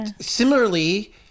similarly